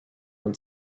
when